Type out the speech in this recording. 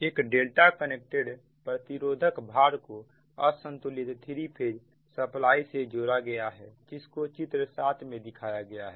एक delta connected प्रतिरोधक भार को असंतुलित थ्री फेज सप्लाई से जोड़ा गया है जिसको चित्र 7 में दिखाया गया है